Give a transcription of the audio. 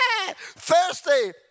Thursday